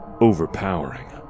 overpowering